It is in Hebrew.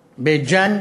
בית-ג'ן,